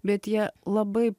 bet jie labai